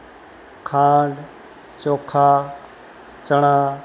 ખાંડ ચોખા ચણા